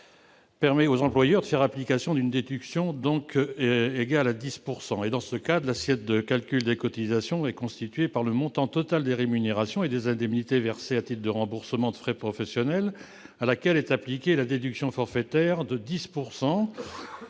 professionnels peuvent faire application d'une déduction forfaitaire de 10 %. Dans ce cadre, l'assiette de calcul des cotisations est constituée par le montant total des rémunérations et des indemnités versées à titre de remboursement de frais professionnels, auquel est appliquée la déduction forfaitaire de 10 %.